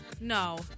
no